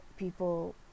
people